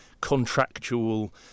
contractual